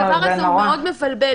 הדבר הזה מאוד מבלבל,